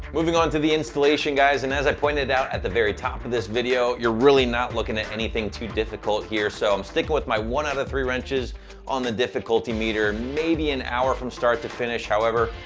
moving on to the installation, guys, and as i pointed out at the very top of this video, you're really not looking at anything too difficult here. so, i'm sticking with my one out of three wrenches on the difficulty meter, and maybe an hour from start to finish. however,